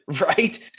right